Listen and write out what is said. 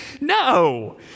no